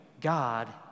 God